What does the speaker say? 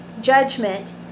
judgment